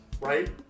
right